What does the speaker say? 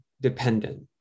dependent